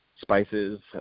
Spices